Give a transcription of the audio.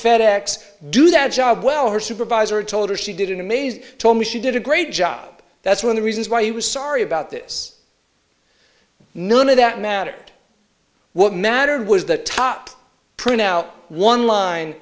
fed ex do that job well her supervisor told her she did in a maze told me she did a great job that's when the reasons why he was sorry about this none of that mattered what mattered was that top pro now one line